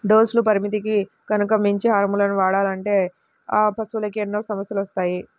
డోసుల పరిమితికి గనక మించి హార్మోన్లను వాడామంటే ఆ పశువులకి ఎన్నో సమస్యలొత్తాయి